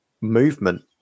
movement